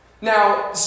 Now